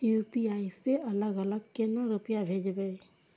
UPI से अलग अलग केना रुपया भेजब